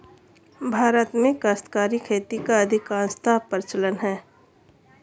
भारत में काश्तकारी खेती का अधिकांशतः प्रचलन है